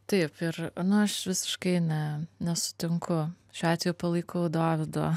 taip ir nu aš visiškai ne nesutinku šiuo atveju palaikau dovido